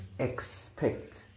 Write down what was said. expect